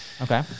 Okay